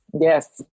Yes